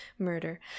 murder